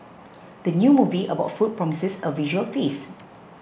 the new movie about food promises a visual feast